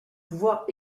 pouvoir